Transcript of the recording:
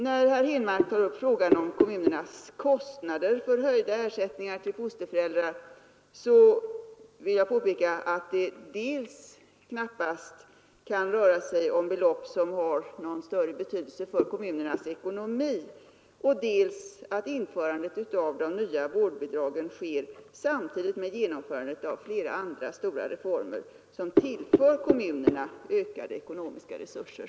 När herr Henmark tar upp frågan om kommunernas kostnader för höjda ersättningar till fosterföräldrar vill jag påpeka att det dels knappast kan röra sig om belopp som har någon större betydelse för kommunernas ekonomi, dels att införandet av de nya vårdbidragen sker samtidigt med genomförandet av flera andra stora reformer som tillför kommunerna ökade ekonomiska resurser.